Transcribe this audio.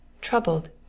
troubled